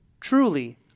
Truly